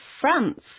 France